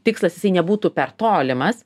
tikslas jisai nebūtų per tolimas